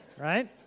right